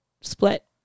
split